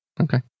Okay